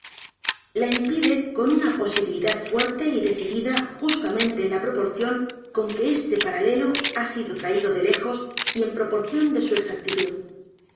la impide con una positividad fuerte y decidida justamente en la proporción con que este paralelo ha sido traído de lejos y en proporción de su exactitud